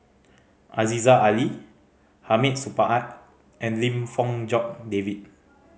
Aziza Ali Hamid Supaat and Lim Fong Jock David